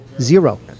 Zero